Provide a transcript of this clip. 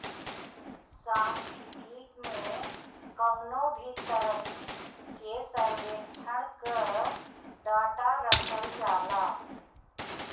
सांख्यिकी में कवनो भी तरही के सर्वेक्षण कअ डाटा रखल जाला